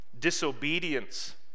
disobedience